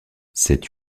cette